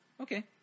Okay